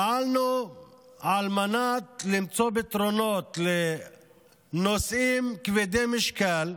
פעלנו על מנת למצוא פתרונות לנושאים כבדי משקל,